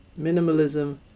minimalism